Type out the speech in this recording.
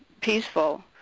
peaceful